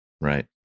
Right